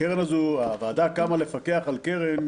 הוועדה קמה לפקח על קרן,